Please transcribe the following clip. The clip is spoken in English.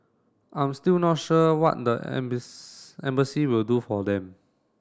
I'm still not sure what the embassy will do for them